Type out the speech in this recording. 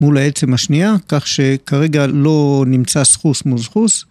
מול העצם השנייה, כך שכרגע לא נמצא סחוס מול סחוס.